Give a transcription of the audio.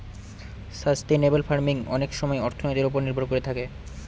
sustainable farming অনেক সময় অর্থনীতির ওপর নির্ভর করে থাকে